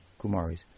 Kumaris